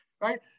right